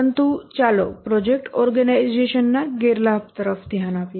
પરંતુ ચાલો પ્રોજેક્ટ ઓર્ગેનાઇઝેશનના ગેરલાભ તરફ ધ્યાન આપીએ